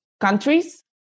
countries